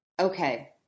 Okay